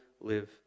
live